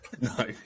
No